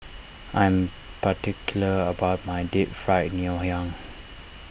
I am particular about my Deep Fried Ngoh Hiang